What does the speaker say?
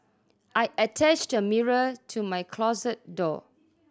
I attached a mirror to my closet door